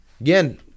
Again